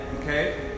Okay